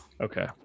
okay